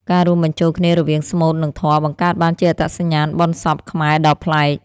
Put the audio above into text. ការរួមបញ្ចូលគ្នារវាងស្មូត និងធម៌ បង្កើតបានជាអត្តសញ្ញាណបុណ្យសពខ្មែរដ៏ប្លែក។